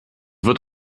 wird